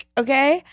okay